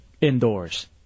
indoors